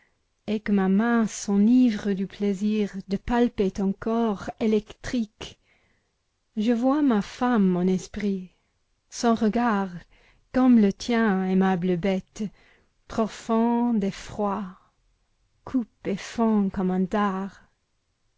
et que ma main s'enivre du plaisir de palper ton corps électrique je vois ma femme en esprit son regard comme le tien aimable bête profond et froid coupe et fend comme un